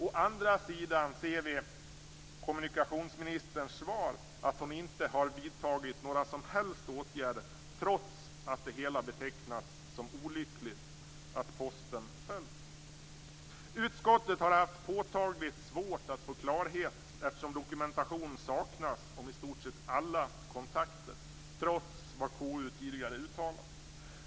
Å andra sidan ser vi kommunikationsministerns svar, att hon inte har vidtagit några som helst åtgärder, trots att det hela betecknats som olyckligt att Utskottet har haft påtagligt svårt att få klarhet, eftersom dokumentation saknas om i stort sett alla kontakter, trots vad konstitutionsutskottet tidigare har uttalat.